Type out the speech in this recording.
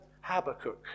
Habakkuk